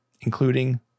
including